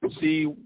see